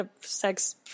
sex